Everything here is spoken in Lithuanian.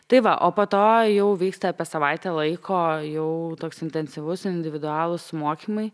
tai va o po to jau vyksta apie savaitę laiko jau toks intensyvus individualūs mokymai